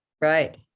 Right